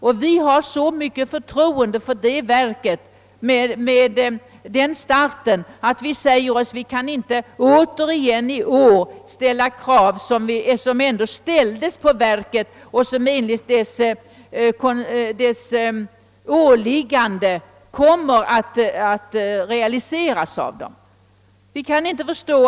Utskottet har så mycket förtroende för verket efter dess goda start, att vi inte i år på nytt vill återkomma med krav som redan från början ställts på verket och som enligt dess åligganden kommer att realiseras.